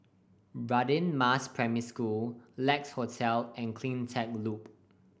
Radin Mas Primary School Lex Hotel and Cleantech Loop